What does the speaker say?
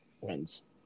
wins